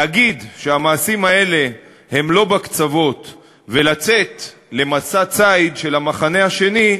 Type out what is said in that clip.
להגיד שהמעשים האלה הם לא בקצוות ולצאת למסע ציד של המחנה השני,